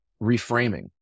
reframing